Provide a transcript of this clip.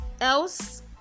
else